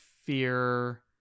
fear